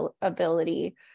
ability